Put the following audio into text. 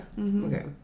Okay